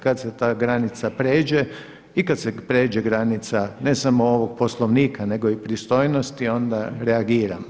Kad se ta granica prijeđe i kad se prijeđe granica ne samo ovog Poslovnika nego i pristojnosti onda reagiram.